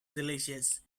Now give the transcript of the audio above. delicious